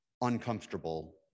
uncomfortable